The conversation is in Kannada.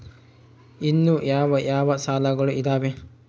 ಇನ್ನು ಯಾವ ಯಾವ ಸಾಲಗಳು ಇದಾವೆ?